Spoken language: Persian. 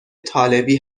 طالبی